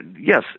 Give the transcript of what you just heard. Yes